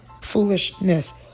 Foolishness